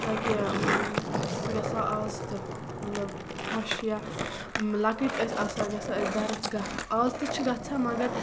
تاکہِ أسۍ گژھو آز تہِ مطلب خۄش یا لۄکٔٹۍ ٲسۍ آسان گژھان ٲسۍ دَرٕز گاہ آز تہِ چھِ گژھان مَگر